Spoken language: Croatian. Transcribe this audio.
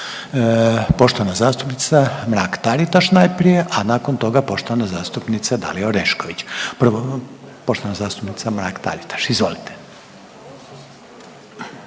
poštovana zastupnica Mrak-Taritaš najprije, a nakon toga poštovana zastupnica Dalija Orešković. Prvo poštovana zastupnica Mrak-Taritaš, izvolite.